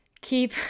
keep